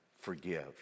forgive